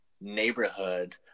neighborhood